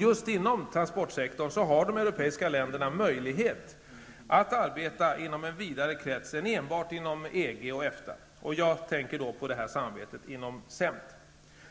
Just inom transportsektorn har de europeiska länderna möjlighet att arbeta inom en vidare krets än enbart inom EG och EFTA. Jag tänker då på samarbetet inom CEMT.